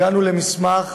הגענו למסמך